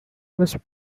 was